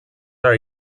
are